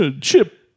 Chip